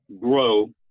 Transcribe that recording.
grow